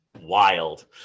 wild